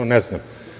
Ne znam.